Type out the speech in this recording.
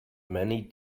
many